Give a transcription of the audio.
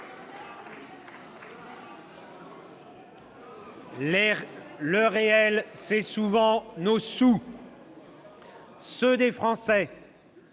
Le réel, c'est souvent nos sous. Ceux des Français.